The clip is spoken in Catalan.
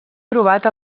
trobat